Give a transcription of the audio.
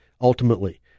ultimately